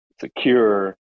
secure